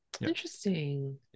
Interesting